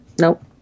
Nope